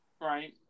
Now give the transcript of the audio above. Right